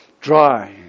dry